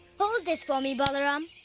hold this for me, balaram!